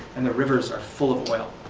and the rivers are full of oil.